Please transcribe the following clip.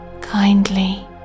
kindly